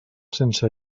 sense